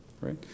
right